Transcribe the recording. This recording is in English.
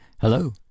Hello